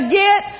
get